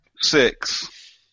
Six